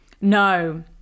No